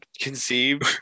conceived